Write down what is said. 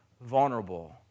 vulnerable